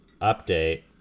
update